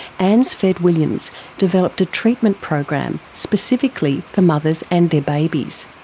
anne sved williams developed a treatment program specifically for mothers and their babies.